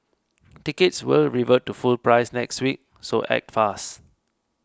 tickets will revert to full price next week so act fast